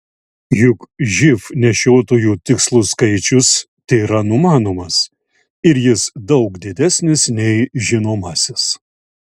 juk živ nešiotojų tikslus skaičius tėra numanomas ir jis daug didesnis nei žinomasis